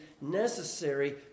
necessary